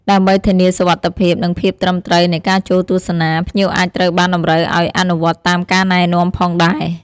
ដើម្បីធានាសុវត្ថិភាព និងភាពត្រឹមត្រូវនៃការចូលទស្សនា ភ្ញៀវអាចត្រូវបានតម្រូវឲ្យអនុវត្តតាមការណែនាំផងដែរ។